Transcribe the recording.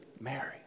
Mary